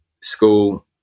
school